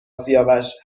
سیاوش